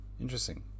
Interesting